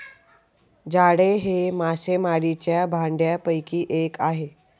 जाळे हे मासेमारीच्या भांडयापैकी एक आहे